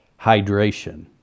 hydration